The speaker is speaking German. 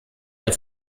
der